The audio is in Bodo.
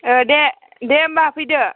ओ दे दे होमबा फैदो